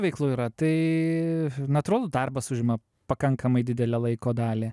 veiklų yra tai natūralu darbas užima pakankamai didelę laiko dalį